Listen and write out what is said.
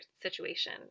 situation